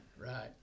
Right